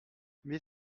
mais